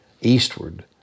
eastward